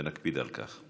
ונקפיד על כך.